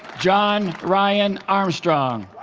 john ryan armstrong